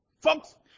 Folks